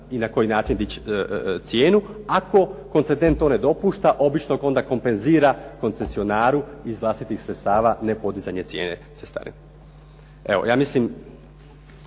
i na koji način dići cijenu. Ako koncendent to ne dopušta onda to obično kompenzionira koncsioraru iz vlastitih sredstava ne podizanja cijene cestarine. Evo ja mislim,